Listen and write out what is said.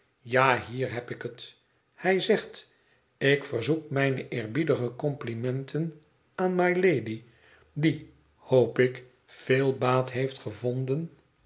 ja hier heb ik het hij zegt ik verzoek mijne eerbiedige complimenten aan mylady die hoop ik veel baat heeft gevonden